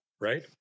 right